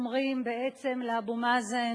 אומרים בעצם לאבו מאזן: